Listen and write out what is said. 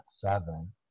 seven